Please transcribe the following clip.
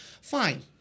fine